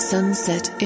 Sunset